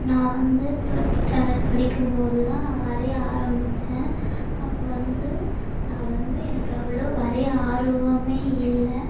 நான் வந்து third standard படிக்கும்போது தான் நான் வரைய ஆரம்பிச்சேன் அப்போ வந்து நான் வந்து எனக்கு அவ்வளோ வரைய ஆர்வம் இல்லை